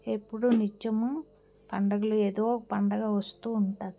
ఎప్పుడూ నిత్యము పండగలు ఏదో ఒక పండగ వస్తూ ఉంటుంది